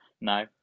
No